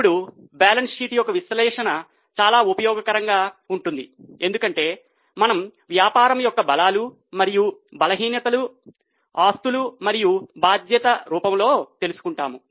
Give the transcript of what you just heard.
ఇప్పుడు balance sheet యొక్క విశ్లేషణ చాలా ఉపయోగకరంగా ఉంది ఎందుకంటే మనము వ్యాపారం యొక్క బలాలు మరియు బలహీనతలను ఆస్తులు మరియు బాధ్యతల రూపంలో తెలుసుకుంటాము